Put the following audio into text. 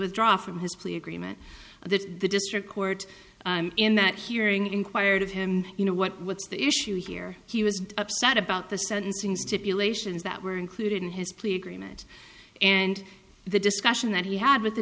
withdraw from his plea agreement that the district court in that hearing inquired of him you know what what's the issue here he was upset about the sentencing stipulations that were included in his plea agreement and the discussion that he had with the